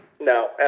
No